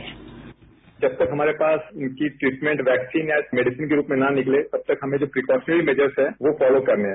sound bite जब तक हमारे पास इनकी ट्रीटमेंट वैक्सीन या मेडिसन के रूप में ना निकले तब तक हमें जो प्रिकॉशनरी मैजर्स हैं वो फॉलो करने हैं